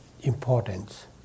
importance